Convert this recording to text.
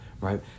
right